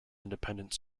independent